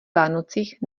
vánocích